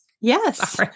Yes